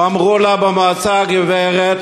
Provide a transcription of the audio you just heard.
ואמרו לה במועצה: גברת,